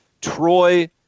Troy